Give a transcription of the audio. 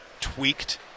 tweaked –